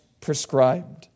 prescribed